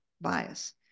bias